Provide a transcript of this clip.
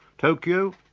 tokyo,